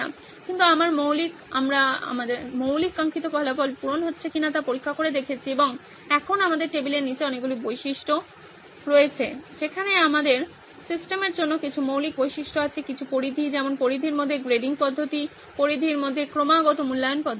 কিন্তু আমার মৌলিক আমরা আমার মৌলিক কাঙ্ক্ষিত ফলাফল পূরণ হচ্ছে কিনা তা পরীক্ষা করে দেখেছি এবং এখন আমাদের টেবিলের নীচে অনেকগুলি বৈশিষ্ট্য রয়েছে যেখানে আমাদের সিস্টেমের জন্য কিছু মৌলিক বৈশিষ্ট্য আছে কিছু পরিধি যেমন পরিধির মধ্যে গ্রেডিং পদ্ধতি পরিধির মধ্যে ক্রমাগত মূল্যায়ন পদ্ধতি আছে